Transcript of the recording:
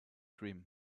dream